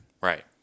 Right